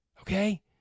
okay